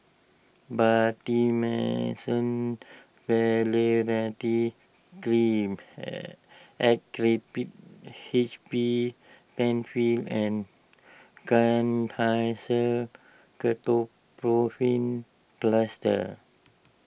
Betamethasone Valerate Cream Actrapid H B Penfill and Kenhancer Ketoprofen Plaster